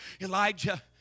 Elijah